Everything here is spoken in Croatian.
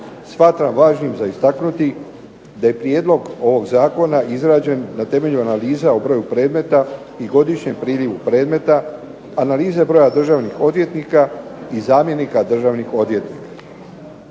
smatram važnim za istaknuti da je prijedlog ovog zakona izrađen na temelju analiza o broju predmeta i godišnjem prilivu predmeta, analize broja državnih odvjetnika i zamjenika državnih odvjetnika.